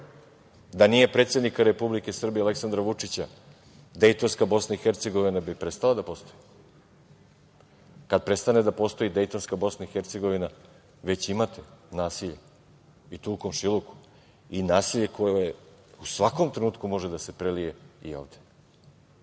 Da nije predsednika Republike Srbije Aleksandra Vučića dejtonska BiH bi prestala da postoji. Kad prestane da postoji dejtonska BiH, već imate nasilje, i to u komšiluku, nasilje koje u svakom trenutku može da se prelije i ovde.I